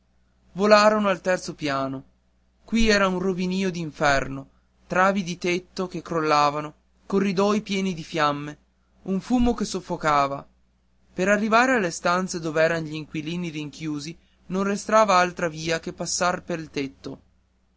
volarono al terzo piano qui era un rovinio d'inferno travi di tetto che crollavano corridoi pieni di fiamme un fumo che soffocava per arrivare alle stanze dov'eran gl'inquilini rinchiusi non restava altra via che passar pel tetto